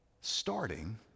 starting